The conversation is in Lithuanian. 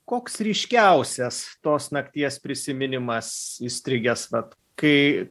koks ryškiausias tos nakties prisiminimas įstrigęs vat kai